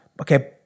okay